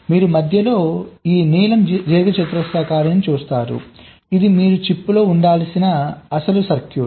మీరు మధ్యలో ఈ నీలం దీర్ఘచతురస్రాన్ని చూస్తారు ఇది మీరు చిప్లో ఉంచాల్సిన అసలు సర్క్యూట్